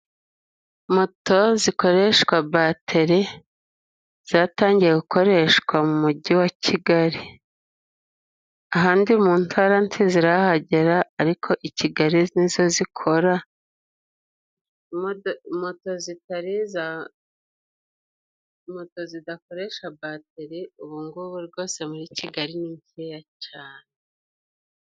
Moto zikoreshwa bateri zatangiye gukoreshwa mu mujyi wa kigali ahandi mu ntara ntizirahagera, ariko i Kigali n'izo zikora moto zitari za moto zidakoresha bateri ubu ngubu rwose muri kigali ni nkeya cyane.